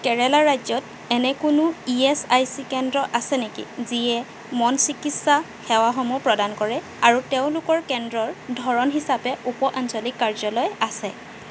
কেৰেলা ৰাজ্যত এনে কোনো ই এছ আই চি কেন্দ্ৰ আছে নেকি যিয়ে মন চিকিৎসা সেৱাসমূহ প্ৰদান কৰে আৰু তেওঁলোকৰ কেন্দ্ৰৰ ধৰণ হিচাপে উপ আঞ্চলিক কাৰ্যালয় আছে